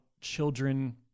children